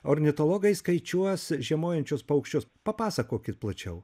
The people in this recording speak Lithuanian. ornitologai skaičiuos žiemojančius paukščius papasakokit plačiau